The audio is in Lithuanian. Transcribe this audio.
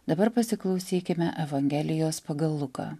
dabar pasiklausykime evangelijos pagal luką